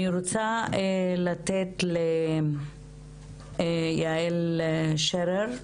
אני רוצה לתת ליעל שרר,